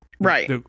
Right